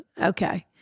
Okay